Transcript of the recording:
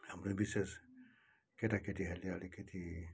हाम्रो विशेष केटाकेटीहरूले अलिकति